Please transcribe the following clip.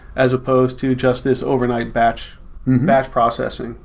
as opposed to just this overnight batch batch processing.